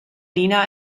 nina